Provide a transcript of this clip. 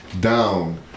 down